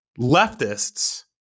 leftists